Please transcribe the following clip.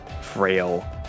frail